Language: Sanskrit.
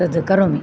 तद् करोमि